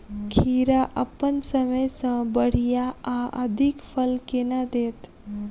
खीरा अप्पन समय सँ बढ़िया आ अधिक फल केना देत?